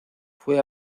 fue